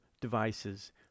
devices